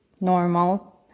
normal